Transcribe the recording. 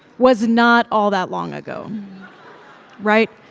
was not all that long ago right?